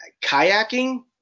kayaking